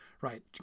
right